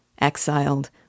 exiled